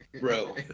bro